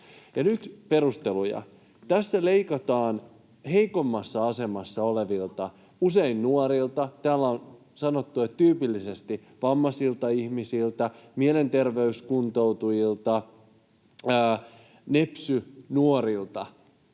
nyt perusteluja: Tässä leikataan heikoimmassa asemassa olevilta, usein nuorilta — täällä on sanottu, että tyypillisesti vammaisilta ihmisiltä, mielenterveyskuntoutujilta, nepsy-nuorilta